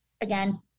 again